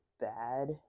bad